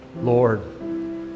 Lord